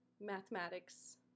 mathematics